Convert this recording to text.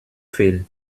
fehl